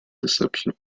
deception